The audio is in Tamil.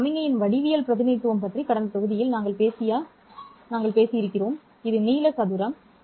சமிக்ஞையின் வடிவியல் பிரதிநிதித்துவம் பற்றி கடந்த தொகுதியில் நாங்கள் பேசிய நீள சதுரம் இது